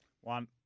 One